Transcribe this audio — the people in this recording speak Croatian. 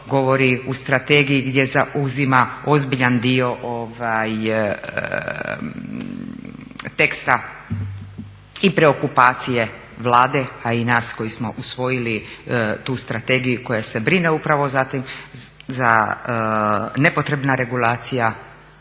govori u strategiji gdje zauzima ozbiljan dio teksta i preokupacije Vlade a i nas koji smo usvojili tu strategiju koja se brine upravo da se nepotrebna regulacija